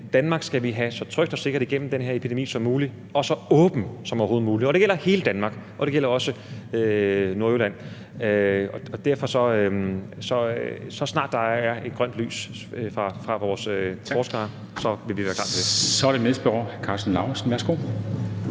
Danmark så trygt og sikkert igennem den her epidemi som muligt og så åbent som overhovedet muligt. Det gælder hele Danmark, og det gælder også Nordjylland. Så snart der er grønt lys fra vores forskere, vil vi derfor være klar til det. Kl. 15:31 Formanden (Henrik